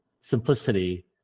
simplicity